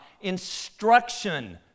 instruction